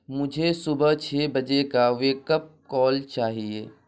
مجھے صبح چھ بجے کا ویک اپ کال چاہیے